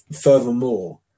furthermore